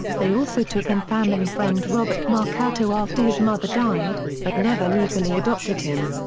they also took in family friend robert marcato after his mother died, but never legally adopted him.